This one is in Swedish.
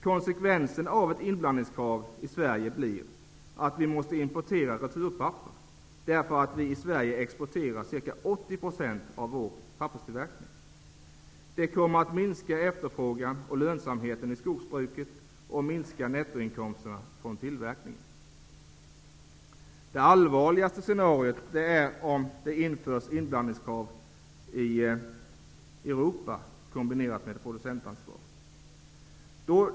Konsekvensen av ett införande av inblandningskrav i Sverige blir att vi måste importera returpapper. Ca 80 % av det papper som vi tillverkar exporteras ju. Efterfrågan och lönsamheten i skogsbruket samt nettoinkomsterna från tillverkningen kommer därmed att minska. Det allvarligaste scenariot är att det införs inblandningskrav i Europa i kombination med ett producentansvar.